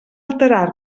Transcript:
alterar